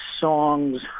songs